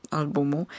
albumu